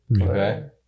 Okay